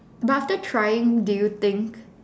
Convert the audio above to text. but after trying did you think